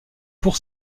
pour